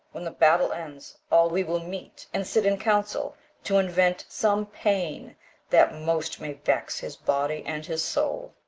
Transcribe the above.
when the battle ends, all we will meet, and sit in council to invent some pain that most may vex his body and his soul.